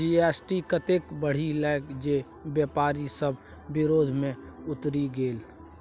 GST ततेक बढ़ि गेल जे बेपारी सभ विरोध मे उतरि गेल